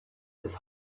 his